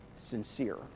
sincere